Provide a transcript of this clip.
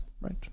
Right